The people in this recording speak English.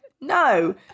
no